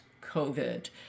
COVID